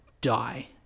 die